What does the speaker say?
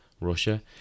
Russia